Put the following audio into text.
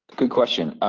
good question.